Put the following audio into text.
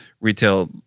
retail